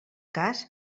cas